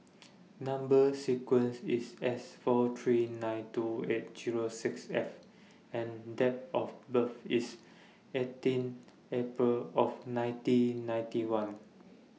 Number sequence IS S four three nine two eight Zero six F and Date of birth IS eighteen April of nineteen ninety one